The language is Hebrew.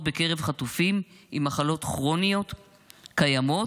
בקרב חטופים עם מחלות כרוניות קיימות,